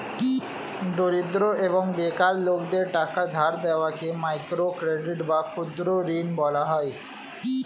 দরিদ্র এবং বেকার লোকদের টাকা ধার দেওয়াকে মাইক্রো ক্রেডিট বা ক্ষুদ্র ঋণ বলা হয়